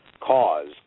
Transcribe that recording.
cause